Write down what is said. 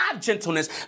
gentleness